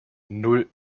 nan